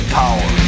power